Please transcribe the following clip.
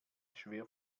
schwer